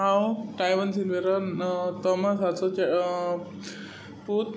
हांव टायवन सिल्वेरा तोमासाचो चेडो पूत